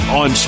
on